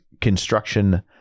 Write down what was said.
construction